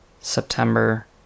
September